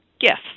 gifts